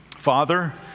Father